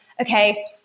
okay